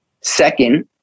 Second